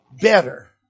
better